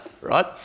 right